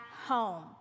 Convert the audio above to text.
home